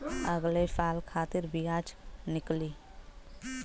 अगले साल खातिर बियाज निकली